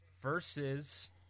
versus